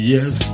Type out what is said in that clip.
Yes